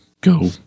go